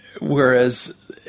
whereas